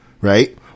right